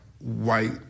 white